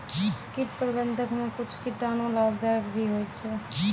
कीट प्रबंधक मे कुच्छ कीटाणु लाभदायक भी होय छै